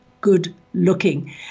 good-looking